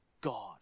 God